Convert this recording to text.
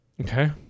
Okay